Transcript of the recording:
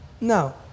No